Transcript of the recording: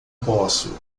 posso